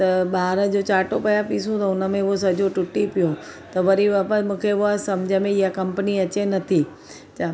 त ॿार जो चाटो पिया पीसूं त उनमें हू सॼो टुटी पियो त वरी वापसि मूंखे हूअ समुझ में इहा कंपनी अचे नथी त